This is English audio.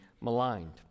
maligned